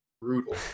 brutal